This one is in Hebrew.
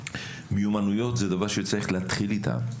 מיומנויות זה דבר שצריך להתחיל איתם,